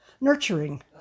Nurturing